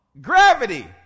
Gravity